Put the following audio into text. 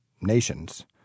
nations